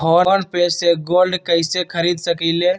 Phone पे से gold कईसे खरीद सकीले?